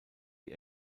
die